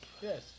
Yes